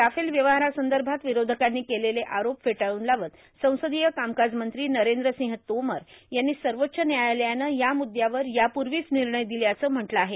Rafale व्यवहारासंदभात ावरोधकांनी केलेले आरोप फेटाळून लावत संसदांय कामकाज मंत्री नरद्र ांसंह तोमर यांनी सर्वाच्च न्यायालयानं या मुद्यावर यापूर्वाच र्मिणय र्दिल्याचं म्हटलं आहे